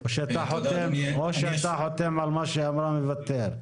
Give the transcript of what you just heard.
או שאתה חותם על מה שאמרה ומוותר?